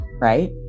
right